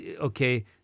okay